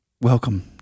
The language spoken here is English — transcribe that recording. welcome